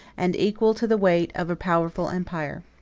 and equal to the weight of a powerful empire.